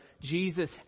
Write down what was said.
Jesus